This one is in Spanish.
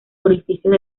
orificios